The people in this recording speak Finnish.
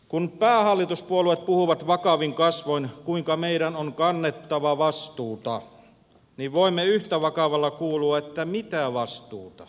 kun päähallituspuolueet puhuvat vakavin kasvoin kuinka meidän on kannettava vastuuta niin voimme yhtä vakavasti kysyä mitä vastuuta